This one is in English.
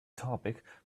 topic